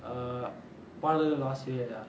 பாடல் ஆசிரியர் யார்:paadal aasiriyar yaar